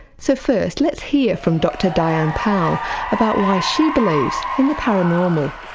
so first, let's hear from dr diane powell about why she believes in the paranormal.